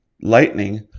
lightning